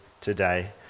today